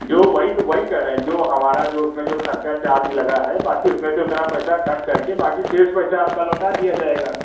जो वही तो वही कह रहे हैं जो हमारा जो उस में जो ख़र्चा चार्ज लगा है बाक़ी उस में से उतना पैसा कट कर के बाक़ी शेष पैसा आपको लौटा दिया जाएगा